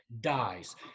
dies